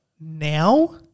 Now